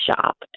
shop